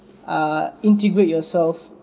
uh integrate yourself